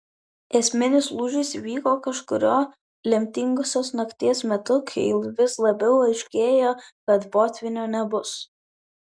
esminis lūžis įvyko kažkuriuo lemtingosios nakties metu kai vis labiau aiškėjo kad potvynio nebus